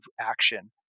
action